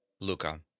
Luca